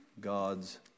God's